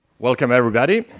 welcome everybody.